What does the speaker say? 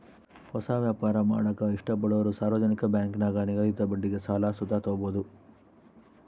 ಹೊಸ ವ್ಯಾಪಾರ ಮಾಡಾಕ ಇಷ್ಟಪಡೋರು ಸಾರ್ವಜನಿಕ ಬ್ಯಾಂಕಿನಾಗ ನಿಗದಿತ ಬಡ್ಡಿಗೆ ಸಾಲ ಸುತ ತಾಬೋದು